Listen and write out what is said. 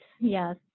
yes